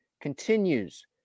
continues